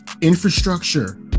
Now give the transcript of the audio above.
infrastructure